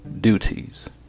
duties